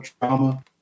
trauma